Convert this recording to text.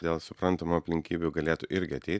dėl suprantamų aplinkybių galėtų irgi atei